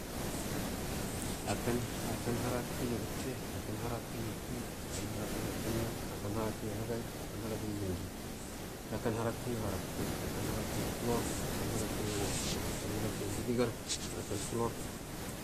Akkanharakyu gətte akkan harakəyu kli akkan harakəyu gakənnə akkan harakyu higai akkan harakyu hinji akkan harakəyu harakə akkan harakəyu tulor akkan harakəyu waskə akkan harakyu hiligar akkau tulor